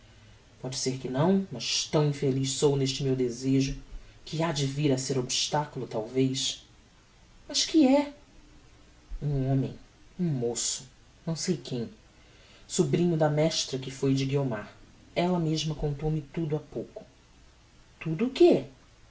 póde ser que não mas tão infeliz sou neste meu desejo que hade vir a ser obstaculo talvez mas que é um homem um moço não sei quem sobrinho da mestra que foi de guiomar ella mesma contou-me tudo ha pouco tudo o que